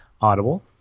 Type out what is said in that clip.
Audible